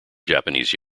japanese